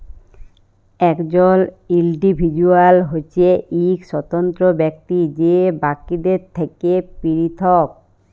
একজল ইল্ডিভিজুয়াল হছে ইক স্বতন্ত্র ব্যক্তি যে বাকিদের থ্যাকে পিরথক